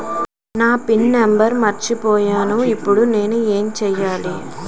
నా PIN number మర్చిపోయాను ఇప్పుడు నేను ఎంచేయాలి?